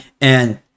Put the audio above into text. and-